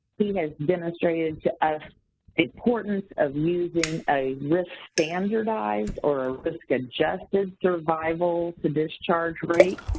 he has demonstrated to us importance of using a risk-standardized or risk-adjusted survival to discharge rate,